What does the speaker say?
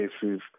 cases